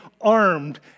armed